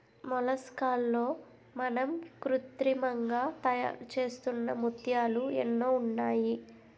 మొలస్కాల్లో మనం కృత్రిమంగా తయారుచేస్తున్న ముత్యాలు ఎన్నో ఉన్నాయి